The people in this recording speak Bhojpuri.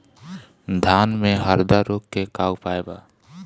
धान में हरदा रोग के का उपाय बा?